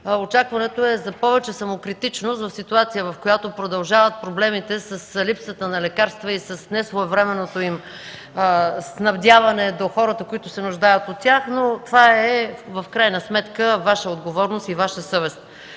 Очакването е за повече самокритичност в ситуация, в която продължават проблемите с липсата на лекарства и с несвоевременното им снабдяване до хората, които се нуждаят от тях. В крайна сметка, това е Ваша отговорност и Ваша съвест.